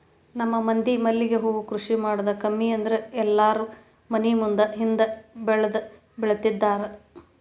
ನಮ್ಮ ಮಂದಿ ಮಲ್ಲಿಗೆ ಹೂ ಕೃಷಿ ಮಾಡುದ ಕಮ್ಮಿ ಆದ್ರ ಎಲ್ಲಾರೂ ಮನಿ ಮುಂದ ಹಿಂದ ಬೆಳ್ದಬೆಳ್ದಿರ್ತಾರ